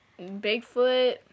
Bigfoot